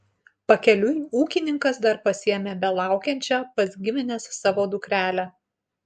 pakeliui ūkininkas dar pasiėmė belaukiančią pas gimines savo dukrelę